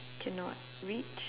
cannot reach